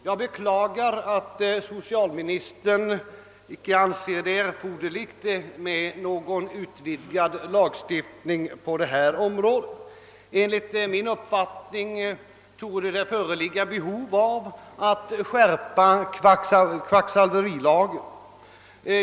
Jag beklagar att socialministern icke anser det erforderligt med någon utvidgad lagstiftning på detta område. Enligt min mening torde det föreligga behov av en skärpning av kvacksalverilagen.